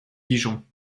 dijon